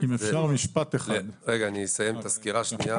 אני אסיים את הסקירה השנייה,